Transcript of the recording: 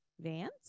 Vance